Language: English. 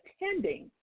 attending